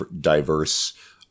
diverse